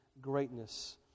greatness